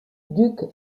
duc